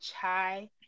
chai